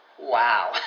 Wow